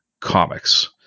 comics